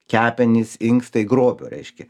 kepenys inkstai grobio reiškia